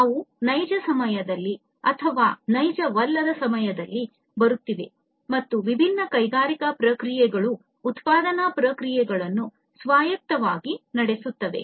ಅವು ನೈಜ ಸಮಯದಲ್ಲಿ ಅಥವಾ ನೈಜವಲ್ಲದ ಸಮಯದಲ್ಲಿ ಬರುತ್ತಿವೆ ಮತ್ತು ವಿಭಿನ್ನ ಕೈಗಾರಿಕಾ ಪ್ರಕ್ರಿಯೆಗಳು ಉತ್ಪಾದನಾ ಪ್ರಕ್ರಿಯೆಗಳನ್ನು ಸ್ವಾಯತ್ತವಾಗಿ ನಡೆಸುತ್ತವೆ